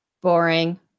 boring